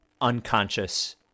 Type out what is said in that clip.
unconscious